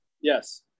Yes